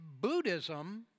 Buddhism